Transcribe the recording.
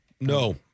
No